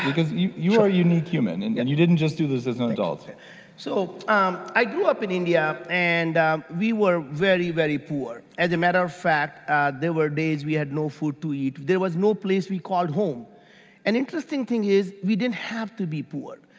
because you you are a unique human and and you didn't just do this as an adult so, um i grew up in india and we were very, very poor. as a matter of fact, and there were days we had no food to eat. there was no place we called home and interesting thing is we didn't have to be poor.